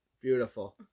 beautiful